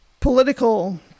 political